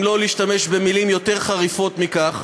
אם לא להשתמש במילים יותר חריפות מכך.